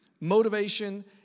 motivation